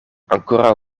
ankoraŭ